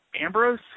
ambrose